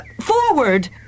Forward